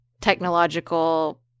technological